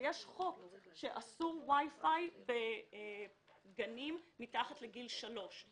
בצרפת יש חוק שאוסר וו'יפיי בגנים לילדים מתחת לגיל שלוש.